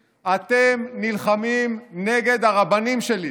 אתם לא נלחמים נגדי, אתם נלחמים נגד הרבנים שלי,